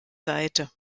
seite